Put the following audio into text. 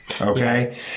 Okay